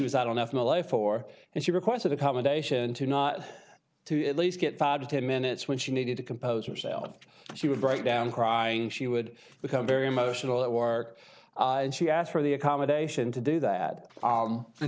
was i don't know if my life or and she requested accommodation to not to at least get five to ten minutes when she needed to compose herself she would break down crying she would become very emotional at work and she asked for the accommodation to do that